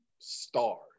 stars